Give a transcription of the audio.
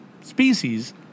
species